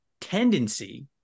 tendency